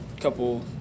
couple